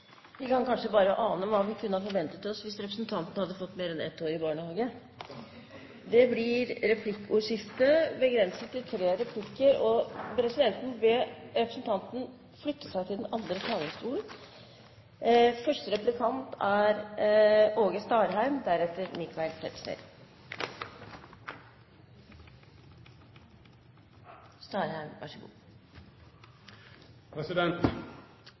Vi kan kanskje bare ane hva vi kunne ha forventet oss hvis representanten hadde fått mer enn ett år i barnehage. Det blir replikkordskifte.